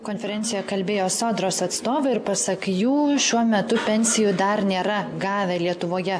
konferencijoje kalbėjo sodros atstovai ir pasak jų šiuo metu pensijų dar nėra gavę lietuvoje